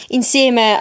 insieme